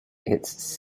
its